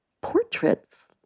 portraits